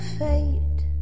fate